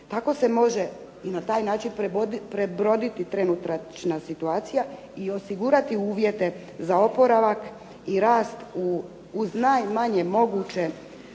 Tako se može i na taj način prebroditi trenutačna situacija i osigurati uvjete za oporavak i rast uz najmanje moguće